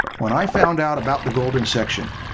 when i found out about the golden section,